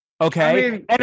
okay